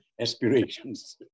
aspirations